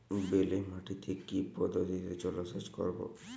বেলে মাটিতে কি পদ্ধতিতে জলসেচ করব?